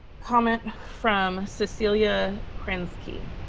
comment from cecelia krenzke.